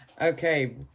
Okay